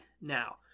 now